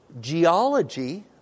geology